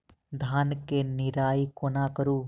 धान केँ निराई कोना करु?